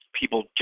people